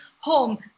home